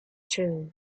through